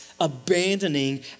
abandoning